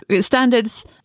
Standards